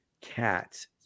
cats